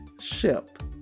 ship